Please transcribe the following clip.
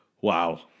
wow